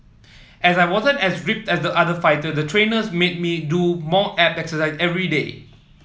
as I wasn't as ripped as the other fighter the trainers made me do more abs exercise everyday